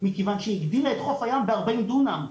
מכיוון שהיא הגדילה את חוף הים ב-40 דונם.